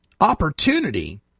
opportunity